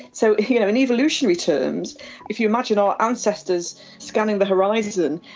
so you know in evolutionary terms if you imagine our ancestors scanning the horizon,